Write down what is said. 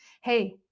Hey